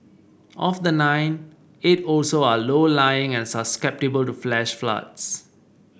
of the nine eight also are low lying and susceptible to flash floods